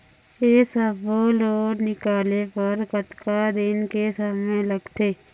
ये सब्बो लोन निकाले बर कतका दिन के समय लगथे?